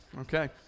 Okay